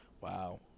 Wow